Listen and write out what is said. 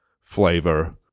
flavor